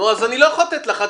נו, אז אני לא יכול לתת לך.